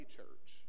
church